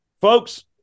Folks